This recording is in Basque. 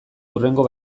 hurrengo